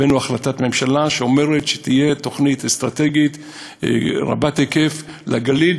הבאנו החלטת ממשלה שאומרת שתהיה תוכנית אסטרטגית רבת-היקף לגליל,